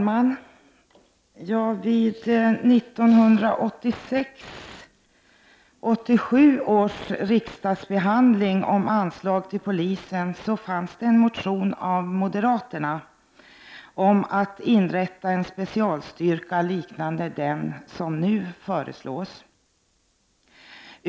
Herr talman! Vid 1986/87 års riksmötes behandling av anslag till polisen fanns en motion av moderaterna om att inrätta en specialstyrka liknande den som nu föreslås.